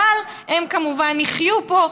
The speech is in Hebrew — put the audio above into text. אבל הם כמובן יחיו פה,